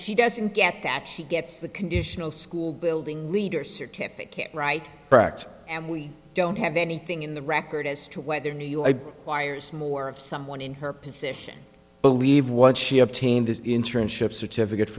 she doesn't get that she gets the conditional school building leader certificate right and we don't have anything in the record as to whether new york wires more of someone in her position believe what she obtained this internship certificate